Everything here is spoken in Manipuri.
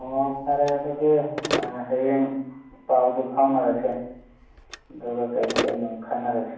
ꯑꯣ ꯐꯔꯦ ꯑꯗꯨꯗꯤ ꯍꯌꯦꯡ ꯄꯥꯎꯗꯣ ꯐꯥꯎꯅꯔꯁꯦ ꯑꯗꯨꯒ ꯀꯩꯅꯣ ꯀꯩꯅꯣꯗꯨ ꯈꯟꯅꯔꯁꯤ